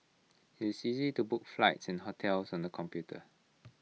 IT is easy to book flights and hotels on the computer